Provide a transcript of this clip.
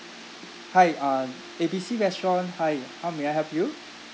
hi uh A B C restaurant hi how may I help you